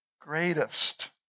greatest